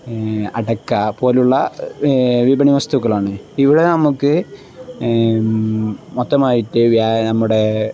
അടക്ക പോലെയുള്ള വിപണി വസ്തുക്കളാണ് ഇവിടെ നമുക്ക് മൊത്തമായിട്ട് നമ്മുടെ